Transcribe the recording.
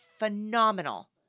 Phenomenal